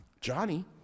Johnny